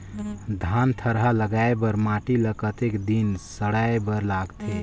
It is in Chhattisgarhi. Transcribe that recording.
धान थरहा लगाय बर माटी ल कतेक दिन सड़ाय बर लगथे?